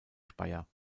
speyer